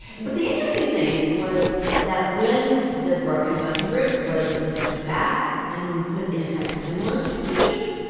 but the interesting thing was that when the broken button group was invited back and put in a kind of similar situation.